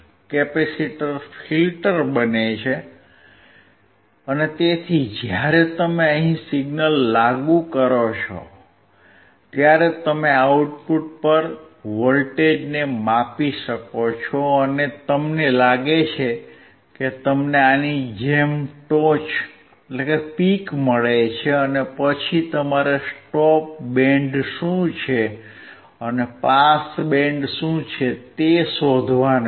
capacitor filter બને છે અને તેથી જ્યારે તમે અહીં સિગ્નલ લાગુ કરો છો ત્યારે તમે આઉટપુટ પર વોલ્ટેજને માપી શકો છો અને તમને લાગે છે કે તમને આની જેમ ટોચ મળે છે અને પછી તમારે સ્ટોપ બેન્ડ શું છે અને પાસ બેન્ડ શું છે તે શોધવાનું છે